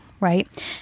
right